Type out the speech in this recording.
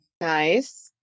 Nice